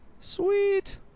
sweet